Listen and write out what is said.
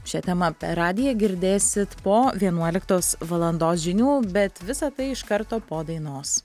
šia tema per radiją girdėsit po vienuoliktos valandos žinių bet visa tai iš karto po dainos